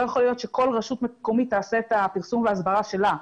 לא יכול להיות שכל רשות מקומית תעשה את הפרסום וההסברה שלה.